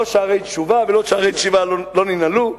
לא שערי תשובה ולא שערי שיבה לא ננעלו,